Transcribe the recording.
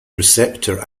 receptor